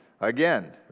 Again